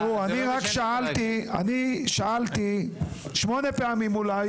תראו, אני רק שאלתי, אני שאלתי שמונה פעמים אולי.